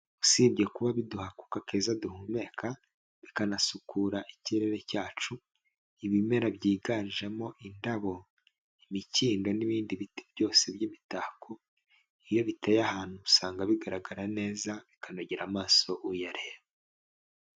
Usibye kuba biduha akuka keza duhumeka bikanasukura ikirere cyacu, ibimera byiganjemo indabo, imikindo n'ibindi biti byose by'imibitako, iyo biteye ahantu usanga bigaragara neza bikanogera amaso uyareba.